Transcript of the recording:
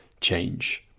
change